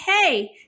hey